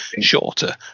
shorter